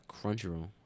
Crunchyroll